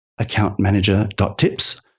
accountmanager.tips